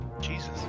Jesus